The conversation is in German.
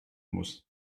muss